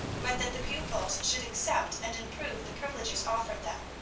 but that the pupils should accept and improve the privileges offered them.